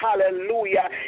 hallelujah